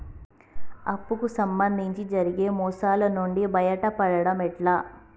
అప్పు కు సంబంధించి జరిగే మోసాలు నుండి బయటపడడం ఎట్లా?